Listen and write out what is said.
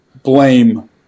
blame